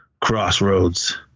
crossroads